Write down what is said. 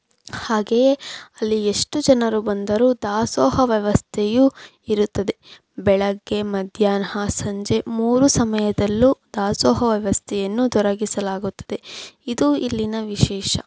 ಹಾಗೆಯೆ ಅಲ್ಲಿ ಎಷ್ಟು ಜನರು ಬಂದರೂ ದಾಸೋಹ ವ್ಯವಸ್ಥೆಯು ಇರುತ್ತದೆ ಬೆಳಗ್ಗೆ ಮದ್ಯಾಹ್ನ ಸಂಜೆ ಮೂರು ಸಮಯದಲ್ಲೂ ದಾಸೋಹ ವ್ಯವಸ್ಥೆಯನ್ನು ದೊರಕಿಸಲಾಗುತ್ತದೆ ಇದು ಇಲ್ಲಿನ ವಿಶೇಷ